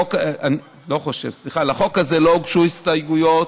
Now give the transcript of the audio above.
לחוק הזה לא הוגשו הסתייגויות.